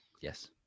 Yes